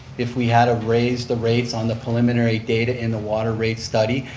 if we had of raised the rates on the preliminary data in the water rate study,